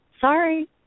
Sorry